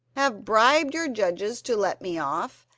have bribed your judges to let me off,